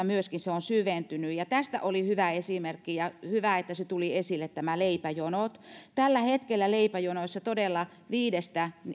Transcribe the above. myöskin syventynyt ja tästä oli hyvä esimerkki hyvä että se tuli esille nämä leipäjonot tällä hetkellä todella viidestä